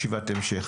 ישיבת המשך.